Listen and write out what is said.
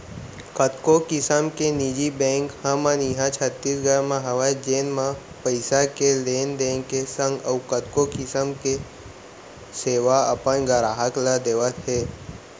कतको किसम के निजी बेंक हमन इहॉं छत्तीसगढ़ म हवय जेन म पइसा के लेन देन के संग अउ कतको किसम के सेवा अपन गराहक ल देवत हें